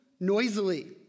Noisily